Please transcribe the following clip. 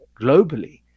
globally